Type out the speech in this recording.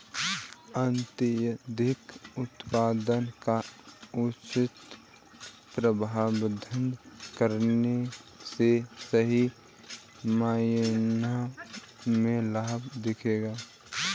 अत्यधिक उत्पादन का उचित प्रबंधन करने से सही मायने में लाभ दिखेगा